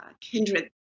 Kindred